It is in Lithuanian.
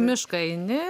mišką eini